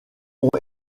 ont